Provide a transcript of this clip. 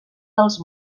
dels